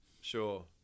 Sure